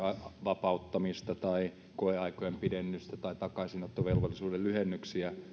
vapauttamista tai koeaikojen pidennystä tai takaisinottovelvollisuuden lyhennyksiä